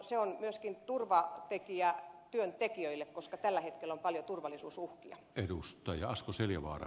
se on myöskin turvatekijä työntekijöille koska tällä hetkellä on paljon turvallisuusuhkia